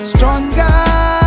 Stronger